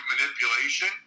manipulation